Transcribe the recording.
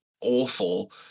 awful